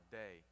day